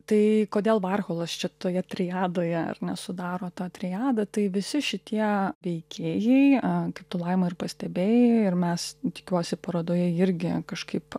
tai kodėl varholas čia toje triadoje ar ne sudaro tą triadą tai visi šitie veikėjai a kaip tu laima ir pastebėjai ir mes tikiuosi parodoje irgi kažkaip